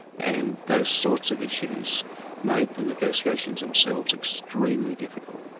and those sorts of issues made the negotiations themselves extremely difficult.